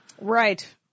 Right